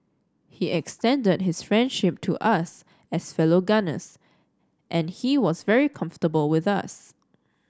he extended his friendship to us as fellow gunners and he was very comfortable with us